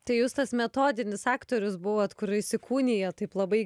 tai jūs tas metodinis aktorius buvot kur įsikūnija taip labai